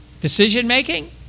decision-making